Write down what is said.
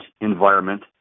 environment